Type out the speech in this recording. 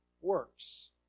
works